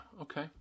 Okay